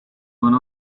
one